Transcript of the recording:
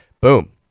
Boom